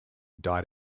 died